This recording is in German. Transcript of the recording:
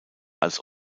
als